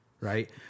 right